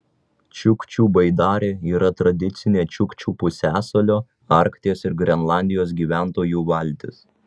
čiukčių baidarė yra tradicinė čiukčių pusiasalio arkties ir grenlandijos gyventojų valtis